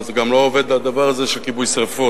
גם זה לא עובד, הדבר הזה של כיבוי שרפות.